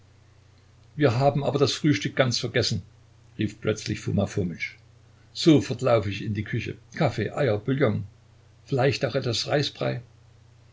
wir haben aber das frühstück ganz vergessen rief plötzlich foma fomitsch sofort laufe ich in die küche kaffee eier bouillon vielleicht auch etwas